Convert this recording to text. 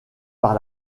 par